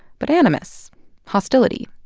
but animus hostility,